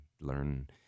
learn